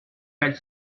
felt